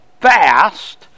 fast